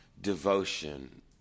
devotion